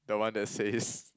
the one that says